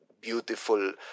beautiful